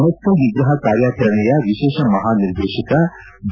ನಕ್ಲಲ್ ನಿಗ್ರಹ ಕಾರ್ಯಾಚರಣೆಯ ವಿಶೇಷ ಮಹಾನಿರ್ದೇತಕ ಡಿ